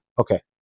Okay